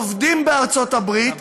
עובדים בארצות-הברית,